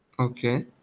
Okay